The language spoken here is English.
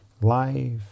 Life